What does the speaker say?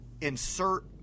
insert